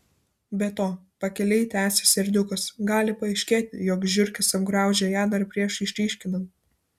be to pakiliai tęsė serdiukas gali paaiškėti jog žiurkės apgraužė ją dar prieš išryškinant